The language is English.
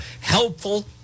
Helpful